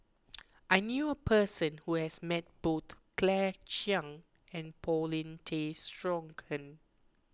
I knew a person who has met both Claire Chiang and Paulin Tay Straughan